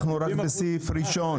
אנחנו רק בסעיף ראשון.